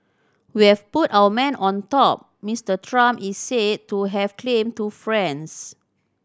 we've put our man on top Mister Trump is said to have claimed to friends